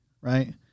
right